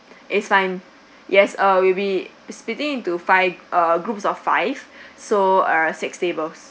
it's fine yes uh we'll be splitting into five uh groups of five so uh six tables